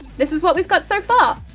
this is what we've got so far!